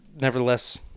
nevertheless